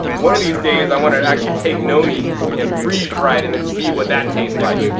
one of these days i want to actually take noni and freeze dry it and then see what that tastes like.